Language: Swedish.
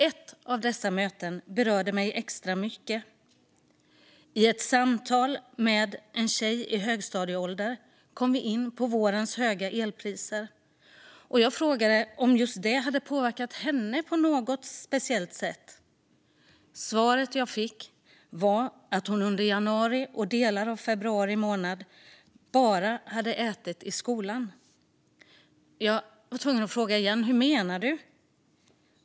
Ett av dessa möten berörde mig extra mycket. I ett samtal med en tjej i högstadieåldern kom vi in på vårens höga elpriser. Jag frågade om just det hade påverkat henne på något speciellt sätt. Svaret jag fick var att hon under januari och delar av februari månad bara hade ätit i skolan. Jag var tvungen att fråga igen: Hur menar du?